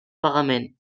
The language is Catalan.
pagament